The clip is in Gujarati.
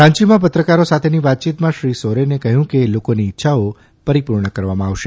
રાંચીમાં પત્રકારો સાથેની વાતચીતમાં શ્રી સોરેને કહ્યું કે લોકોની ઇચ્છાઓ પરિપૂર્ણ કરવામાં આવશે